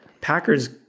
Packers